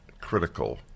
critical